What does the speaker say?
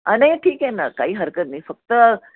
अ नाही ठीक आहे ना काही हरकत नाही फक्त